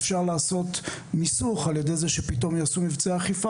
אפשר לעשות מיסוך על ידי זה שפתאום יעשו מבצע אכיפה